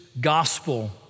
gospel